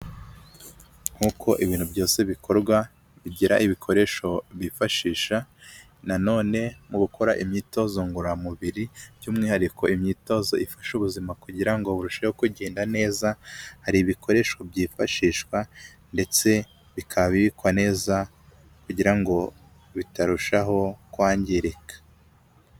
Nkuko'uko ibintu byose bikorwa bigira ibikoresho bifashisha na none mu gukora imyitozo ngororamubiri by'umwihariko, imyitozo ifasha ubuzima kugira ngo burusheho kugenda neza, hari ibikoresho byifashishwa ndetse bikaba bibikwa neza kugira ngo bitarushaho kwangirika.